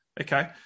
okay